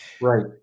Right